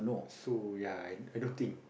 so ya I I don't think